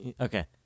Okay